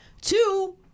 Two